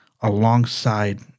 alongside